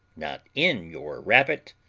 not in your rabbit.